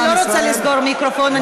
אני לא רוצה לסגור מיקרופון.